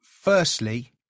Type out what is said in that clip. firstly